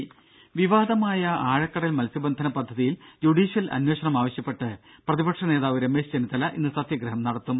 രുഭ വിവാദമായ ആഴക്കടൽ മത്സ്യബന്ധന പദ്ധതിയിൽ ജുഡീഷ്യൽ അന്വേഷണം ആവശ്യപ്പെട്ട് പ്രതിപക്ഷ നേതാവ് രമേശ് ചെന്നിത്തല ഇന്ന് സത്യഗ്രഹം നടത്തും